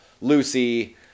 Lucy